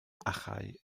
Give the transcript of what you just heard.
achau